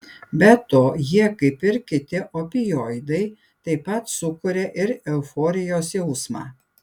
be to jie kaip ir kiti opioidai taip pat sukuria ir euforijos jausmą